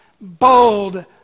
bold